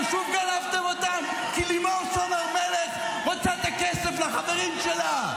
ששוב גרפתם אותם כי לימור סון הר מלך רוצה את הכסף לחברים שלה?